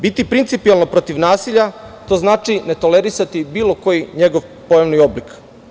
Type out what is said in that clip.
Biti principijelno protiv nasilja, to znači ne tolerisati bilo koji njegov pojavni oblik.